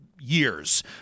Years